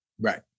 Right